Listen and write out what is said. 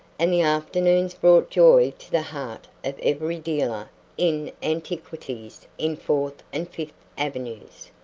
and the afternoons brought joy to the heart of every dealer in antiquities in fourth and fifth avenues.